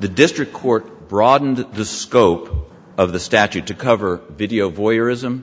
the district court broadened the scope of the statute to cover video voyeurism